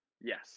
Yes